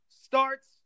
starts